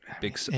Big